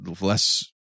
less